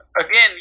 again